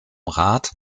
rat